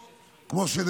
כמו שקוראים לו,